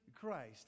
Christ